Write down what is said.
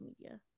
media